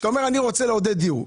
כשאתה אומר שאתה רוצה לעודד דיור,